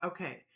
Okay